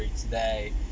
today